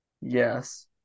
Yes